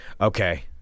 Okay